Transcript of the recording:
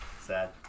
Sad